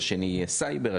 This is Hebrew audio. השני יהיה סייבר,